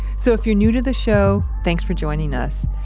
so, if you're new to the show, thanks for joining us.